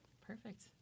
perfect